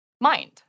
Mind